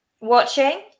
watching